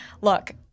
Look